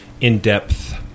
in-depth